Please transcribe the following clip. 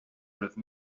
raibh